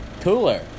cooler